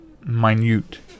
Minute